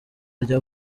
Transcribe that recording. rye